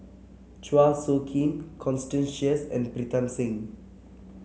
Chua Soo Khim Constance Sheares and Pritam Singh